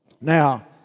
Now